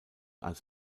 als